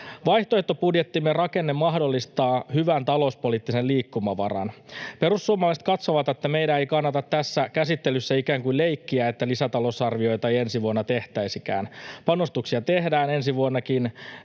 Vaihtoehtobudjettimme rakenne mahdollistaa hyvän talouspoliittisen liikkumavaran. Perussuomalaiset katsovat, että meidän ei kannata tässä käsittelyssä ikään kuin leikkiä, että lisätalousarvioita ei ensi vuonna tehtäisikään. Panostuksia tehdään ensi vuonnakin